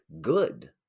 good